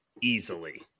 easily